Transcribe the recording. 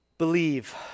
believe